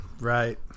Right